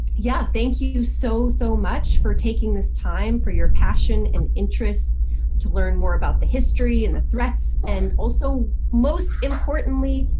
yeah, thank you so, so much for taking this time for your passion and interest to learn more about the history and the threats and also most importantly,